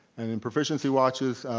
and in proficiency watches,